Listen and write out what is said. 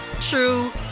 true